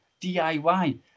DIY